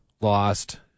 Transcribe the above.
lost